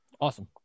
awesome